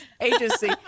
agency